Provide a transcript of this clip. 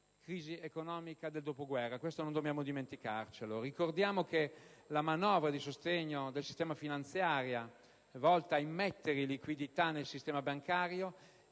crisi economica del dopoguerra. Non dobbiamo dimenticarcelo. Ricordiamo la manovra di sostegno del sistema finanziario, volta a immettere liquidità nel sistema bancario,